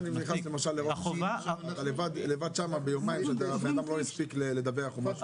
ואם יומיים האדם לא הספיק לדווח?